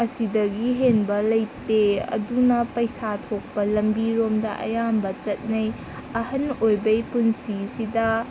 ꯑꯁꯤꯗꯒꯤ ꯍꯦꯟꯕ ꯂꯩꯇꯦ ꯑꯗꯨꯅ ꯄꯩꯁꯥ ꯊꯣꯛꯄ ꯂꯝꯕꯤꯔꯣꯝꯗ ꯑꯌꯥꯝꯕ ꯆꯠꯅꯩ ꯑꯍꯟ ꯑꯣꯏꯕꯒꯤ ꯄꯨꯟꯁꯤꯁꯤꯗ